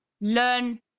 learn